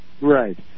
Right